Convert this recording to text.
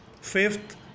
Fifth